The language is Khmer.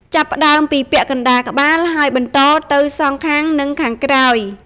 ចាប់ផ្ដើមពីពាក់កណ្ដាលក្បាល ហើយបន្តទៅសងខាង និងខាងក្រោយ។